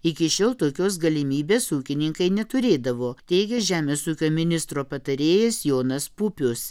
iki šiol tokios galimybės ūkininkai neturėdavo teigia žemės ūkio ministro patarėjas jonas pupius